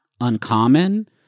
uncommon